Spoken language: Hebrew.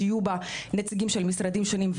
שיהיו בה נציגים של משרדים שונים,